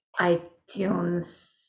itunes